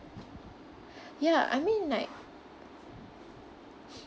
ya I mean like